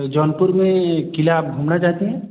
जौनपुर में किला आप घूमना चाहती हैं